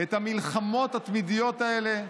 את המלחמות התמידיות האלה,